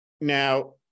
Now